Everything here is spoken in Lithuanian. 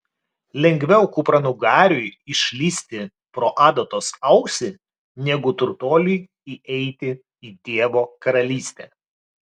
lengviau kupranugariui išlįsti pro adatos ausį negu turtuoliui įeiti į dievo karalystę